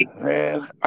Man